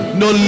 no